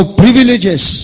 privileges